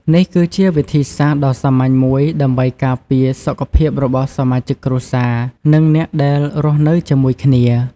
នេះគឺជាវិធីសាស្ត្រដ៏សាមញ្ញមួយដើម្បីការពារសុខភាពរបស់សមាជិកគ្រួសារ និងអ្នកដែលរស់នៅជាមួយគ្នា។